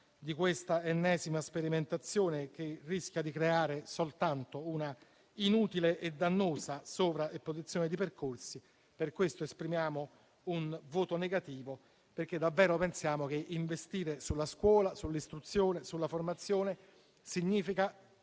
di questa ennesima sperimentazione, che rischia di creare soltanto una inutile e dannosa sovrapposizione di percorsi. Per questo motivo esprimiamo un voto negativo, perché davvero pensiamo che investire sulla scuola, sull'istruzione e sulla formazione significhi